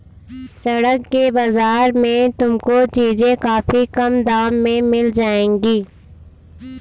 सड़क के बाजार में तुमको चीजें काफी कम दाम में मिल जाएंगी